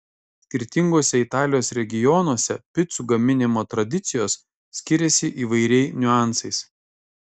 skirtinguose italijos regionuose picų gaminimo tradicijos skiriasi įvairiai niuansais